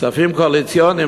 כספים קואליציוניים,